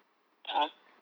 a'ah